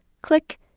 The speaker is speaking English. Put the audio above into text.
click